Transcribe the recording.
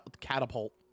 catapult